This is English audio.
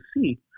see